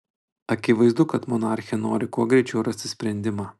akivaizdu kad monarchė nori kuo greičiau rasti sprendimą